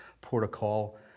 protocol